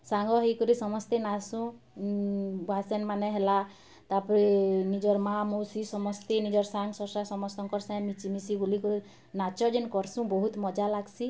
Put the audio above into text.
ସାଙ୍ଗ୍ ହେଇକରି ସମସ୍ତେ ନାଚସୁଁ ବା ସେନ୍ ମାନେ ହେଲା ତା'ପରେ ନିଜର୍ ମାଁ ମଉସି ସମସ୍ତେ ନିଜର୍ ସାଙ୍ଗ ସର୍ସା ସମସ୍ତଙ୍କ ସଂଗେ ମିଶି ମିଶି ଗୁଲି କ ନାଚ୍ ଯେନ୍ କର୍ସୁଁ ବହୁତ ମଜା ଲାଗ୍ସି